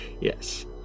Yes